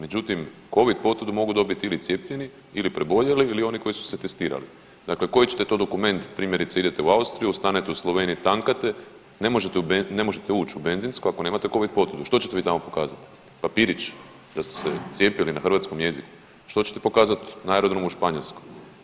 Međutim, covid potvrdu mogu dobit ili cijepljeni ili preboljeli ili oni koji su se testirali, dakle koji ćete to dokument, primjerice idete u Austriju, ostane u Sloveniji, tankate, ne možete uć u benzinsku ako nemate covid potvrdu, što ćete vi tamo pokazati, papirić da ste se cijepili na hrvatskom jeziku, što ćete pokazat na aerodromu u Španjolskoj?